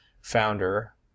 founder